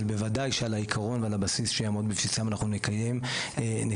אבל בוודאי שעל העקרון ועל הבסיס שהם עוד בבסיסם אנחנו נקיים דיון.